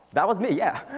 that was me yeah.